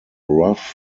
rough